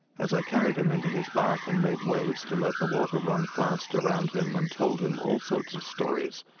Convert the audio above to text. as i carried him into his bath and made waves to let the water run fast around him and told him all sorts of stories,